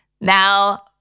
Now